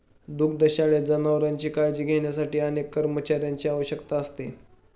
दुग्धशाळेत जनावरांची काळजी घेण्यासाठी अनेक कर्मचाऱ्यांची आवश्यकता असते